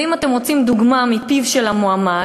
ואם אתם רוצים דוגמה מפיו של המועמד,